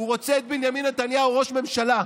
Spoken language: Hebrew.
הוא רוצה את בנימין נתניהו ראש ממשלה.